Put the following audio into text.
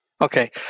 Okay